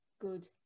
good